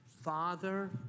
Father